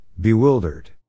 bewildered